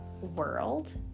world